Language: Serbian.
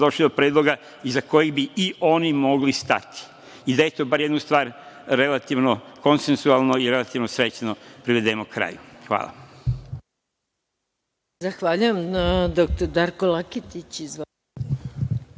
doći do predloga iza kojih bi i oni mogli stati i da bar jednu stvar relativno koncetualno i srećno privedemo kraju. Hvala.